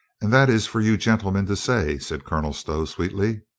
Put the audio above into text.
and that is for you gentlemen to say, said colonel stow sweetly.